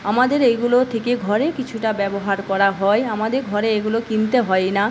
আমাদের এইগুলো থেকে ঘরে কিছুটা ব্যবহার করা হয় আমাদের ঘরে এগুলো কিনতে হয় না